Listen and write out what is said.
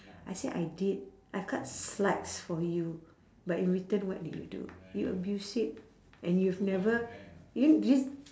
I said I did I cut slacks for you but in return what did you do you abuse it and you've never you this